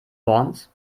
worms